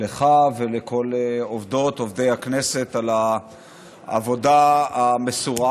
לך ולכל עובדות ועובדי הכנסת על העבודה המסורה.